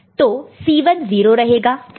तो C1 0 रहेगा